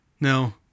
No